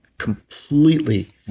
completely